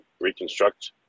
reconstruct